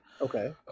Okay